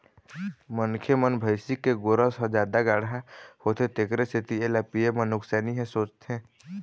मनखे मन भइसी के गोरस ह जादा गाड़हा होथे तेखर सेती एला पीए म नुकसानी हे सोचथे